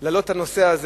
להעלות את הנושא הזה